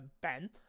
Ben